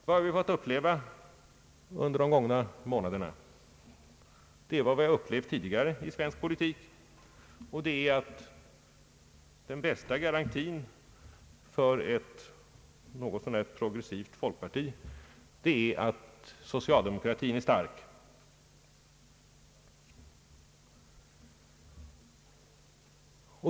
Vad vi har fått uppleva under de gångna månaderna är vad vi upplevt tidigare : svensk politik, nämligen att den bästa garantin för ett något så när progressivt folkparti är att socialdemokratin är stark.